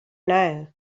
now